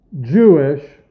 Jewish